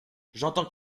j’entends